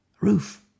Roof